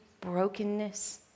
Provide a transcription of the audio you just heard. brokenness